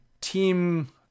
team